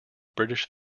british